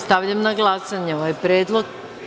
Stavljam na glasanje ovaj predlog.